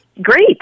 Great